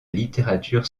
littérature